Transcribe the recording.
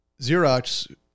Xerox